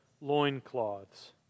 loincloths